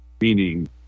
meaning